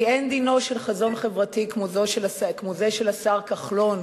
כי אין דינו של חזון חברתי כמו זה של השר כחלון,